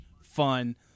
fun